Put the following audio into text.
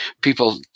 people